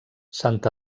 sant